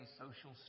social